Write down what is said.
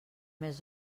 més